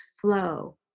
flow